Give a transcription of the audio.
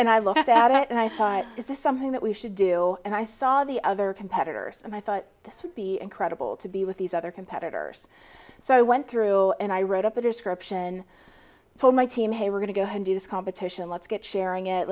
and i looked at it and i thought is this something that we should do and i saw the other competitors and i thought this would be incredible to be with these other competitors so i went through and i wrote up a description told my team hey we're going to go do this competition let's get sharing it